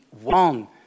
one